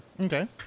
Okay